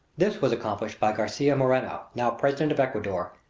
this was accomplished by garcia moreno, now president of ecuador,